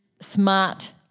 SMART